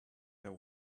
there